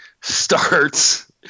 starts